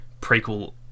prequel